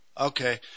Okay